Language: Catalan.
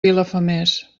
vilafamés